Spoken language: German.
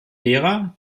lehrer